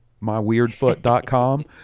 myweirdfoot.com